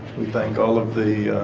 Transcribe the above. we thank all of the